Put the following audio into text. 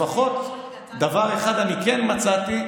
לפחות דבר אחד אני כן מצאתי,